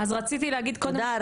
תודה,